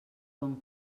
bon